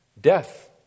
death